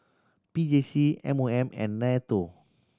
P J C M O M and NATO